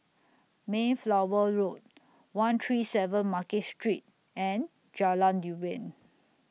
Mayflower Road one three seven Market Street and Jalan Durian